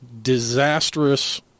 disastrous